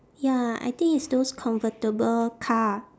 ya I think it's those convertible car